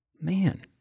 Man